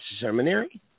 seminary